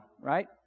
right